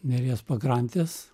neries pakrantės